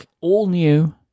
all-new